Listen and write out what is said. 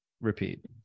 repeat